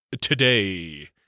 today